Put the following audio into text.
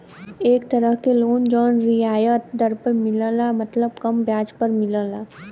एक तरह क लोन जौन रियायत दर पर मिलला मतलब कम ब्याज पर मिलला